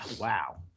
wow